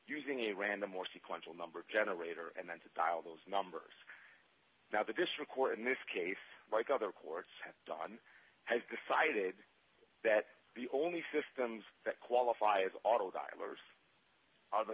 using a random or sequential number generator and then to dial those numbers now that this record in this case like other courts have done has decided that the only systems that qualify as auto dialers